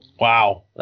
Wow